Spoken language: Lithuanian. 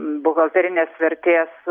buhalterinės vertės